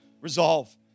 resolve